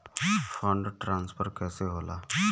Fund transfer कैसे होला?